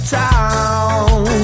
town